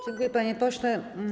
Dziękuję, panie pośle.